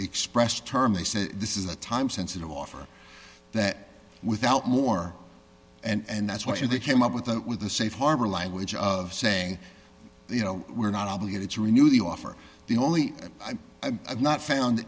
expressed term they say this is a time sensitive offer that without more and that's why they came up with that with the safe harbor language of saying you know we're not obligated to renew the offer the only time i've not found